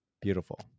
beautiful